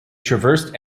traversed